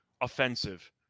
offensive